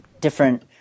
different